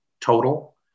total